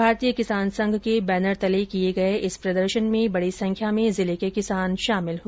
भारतीय किसान संघ के बैनर तले किए गए इस प्रदर्शन में बड़ी संख्या में जिले के किसान शामिल हुए